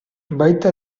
baita